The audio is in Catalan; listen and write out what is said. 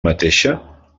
mateixa